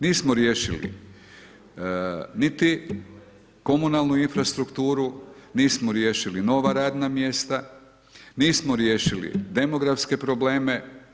Nismo riješili niti komunalnu infrastrukturu, nismo riješili nova radna mjesta, nismo riješili demografske probleme.